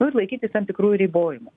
nu ir laikytis tam tikrų ribojimų